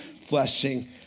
fleshing